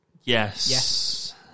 Yes